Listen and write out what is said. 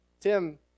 tim